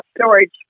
storage